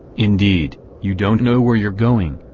indeed, you don't know where you're going,